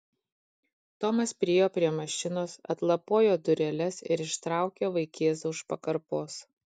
tomas priėjo prie mašinos atlapojo dureles ir ištraukė vaikėzą už pakarpos